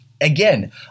Again